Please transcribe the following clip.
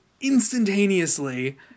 instantaneously